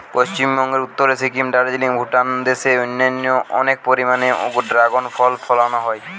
পশ্চিমবঙ্গের উত্তরে সিকিম, দার্জিলিং বা ভুটান দেশে অনেক পরিমাণে দ্রাগন ফল ফলানা হয়